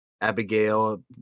Abigail